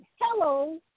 hello